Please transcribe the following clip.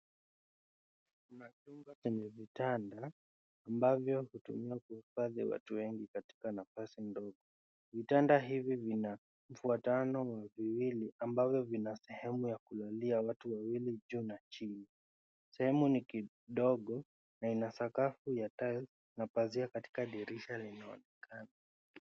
Kuna chumba chenye vitanda ambavyo hutumiwa kuhifadhi watu wengi katika nafasi ndogo. Vitanda hivi vina mfuatano wa viwili ambavyo vina sehemu ya kulalia watu wawili juu na chini. Sehemu ni kidogo na ina sakafu ya tiles na pazia katika dirisha linaonekana.